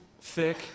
thick